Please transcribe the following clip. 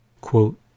Quote